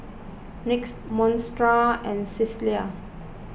Litzy Montserrat and Cecelia